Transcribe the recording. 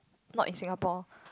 not in Singapore